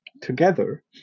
together